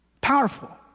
Powerful